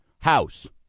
house